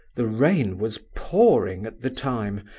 the rain was pouring at the time,